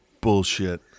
bullshit